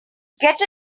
get